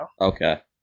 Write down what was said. Okay